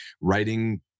writing